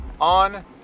on